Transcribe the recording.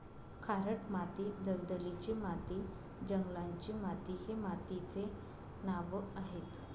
खारट माती, दलदलीची माती, जंगलाची माती हे मातीचे नावं आहेत